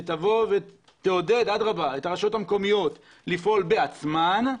שתעודד את הרשויות המקומיות לפעול בעצמן,